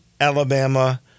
Alabama